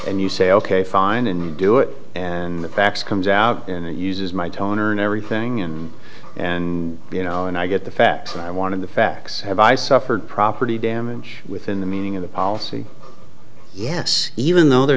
and you say ok fine and do it and fax comes out and it uses my toner and everything and and you know and i get the facts and i wanted the facts have i suffered property damage within the meaning of the policy yes even though the